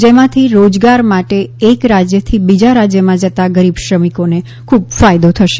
જેમાંથી રોજગાર માટે એક રાજ્યથી બીજા રાજ્યમાં જતા ગરીબ શ્રમિકોને ખુબ ફાયદો થશે